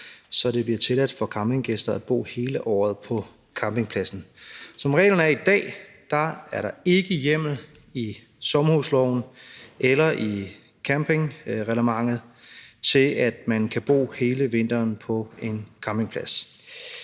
så det bliver tilladt for campinggæster at bo hele året på campingpladsen. Som reglerne er i dag, er der ikke hjemmel i sommerhusloven eller i campingreglementet til, at man kan bo hele vinteren på en campingplads.